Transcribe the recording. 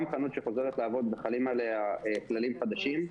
גם חנות שחוזרת לעבוד וחלים עליה כללים חדשים,